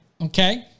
okay